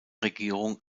regierung